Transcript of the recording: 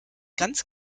ganz